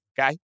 okay